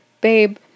babe